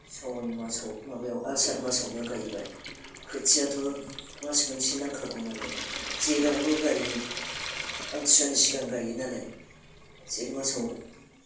सावन मासाव माबायाव आसार मासावनो गायबाय खोथियाथ' मास मोनसे नांखागौ नालाय जेरावबो गायो आमथिसुवानि सिगां गायो नालाय जेथ मासाव